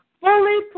fully